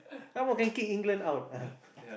some more can kick England out